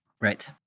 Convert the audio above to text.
right